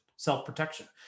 self-protection